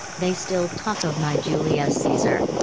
they still talk of my julius caesar.